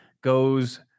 goes